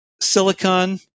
silicon